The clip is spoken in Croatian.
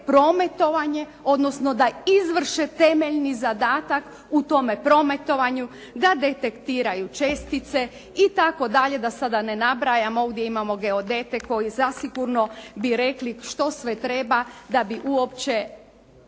prometovanje odnosno da izvrše temeljni zadatak u tome prometovanju, da detektiraju čestice itd., da sada ne nabrajam, ovdje imamo geodete koji zasigurno bi rekli što sve treba da bi uopće